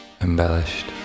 embellished